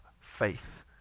faith